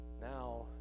Now